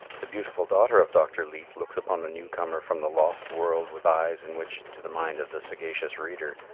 the beautiful daughter of dr. leete looks upon the newcomer from the lost world with eyes in which, to the mind of the sagacious reader,